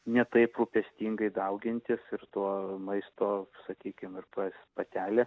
ne taip rūpestingai daugintis ir to maisto sakykim ir pas patelę